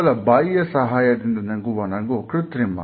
ಕೇವಲ ಬಾಯಿಯ ಸಹಾಯದಿಂದ ನಗುವ ನಗು ಕೃತ್ರಿಮ